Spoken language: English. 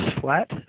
flat